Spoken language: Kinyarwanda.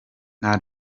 nta